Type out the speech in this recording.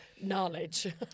knowledge